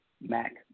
Mac